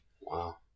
Wow